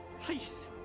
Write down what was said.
Please